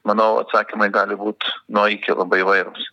manau atsakymai gali būt nuo iki labai įvairūs